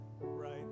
right